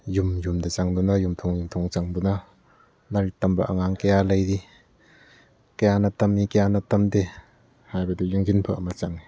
ꯌꯨꯝ ꯌꯨꯝ ꯆꯪꯗꯨꯅ ꯌꯨꯝꯊꯣꯡ ꯌꯨꯝꯊꯣꯡ ꯆꯪꯗꯨꯅ ꯂꯥꯏꯔꯤꯛ ꯇꯝꯕ ꯑꯉꯥꯡ ꯀꯌꯥ ꯂꯩꯔꯤ ꯀꯌꯥꯅ ꯇꯝꯃꯤ ꯀꯌꯥꯅ ꯇꯝꯗꯦ ꯍꯥꯏꯕꯗꯨ ꯌꯦꯡꯁꯤꯟꯕ ꯑꯃ ꯆꯪꯉꯦ